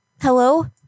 Hello